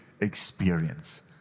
experience